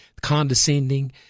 condescending